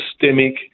systemic